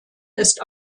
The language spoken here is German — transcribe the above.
ist